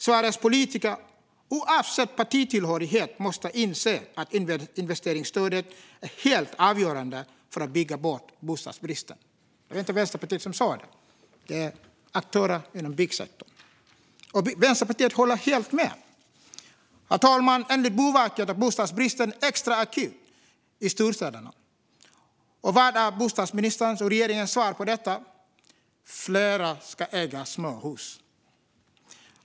Sveriges politiker, oavsett partitillhörighet, måste inse att investeringsstödet är helt avgörande för att bygga bort bostadsbristen." Det var inte Vänsterpartiet som sa detta, utan det var aktörer inom byggsektorn - men Vänsterpartiet håller med. Herr talman! Enligt Boverket är bostadsbristen extra akut i storstäderna. Vad är bostadsministerns och regeringens svar på detta? Fler ska äga småhus.